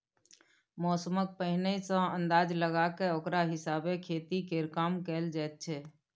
मौसमक पहिने सँ अंदाज लगा कय ओकरा हिसाबे खेती केर काम कएल जाइ छै